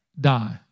Die